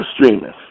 streaming